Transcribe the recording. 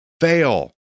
fail